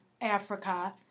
Africa